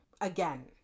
Again